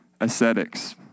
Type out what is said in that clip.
ascetics